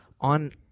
On